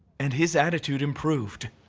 and his attitude improved.